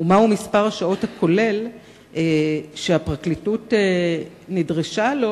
ומהו מספר השעות הכולל שהפרקליטות נדרשה לו